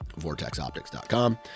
vortexoptics.com